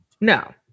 No